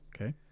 Okay